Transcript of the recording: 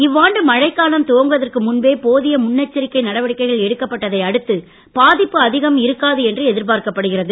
இவ்வாண்டு மழைக் காலம் துவங்குவதற்கு முன்பே போதிய முன்னெச்சரிக்கை நடவடிக்கைகள் எடுக்கப்பட்டதை அடுத்து பாதிப்பு அதிகம் இருக்காது என்று எதிர்ப்பார்க்கப்படுகிறது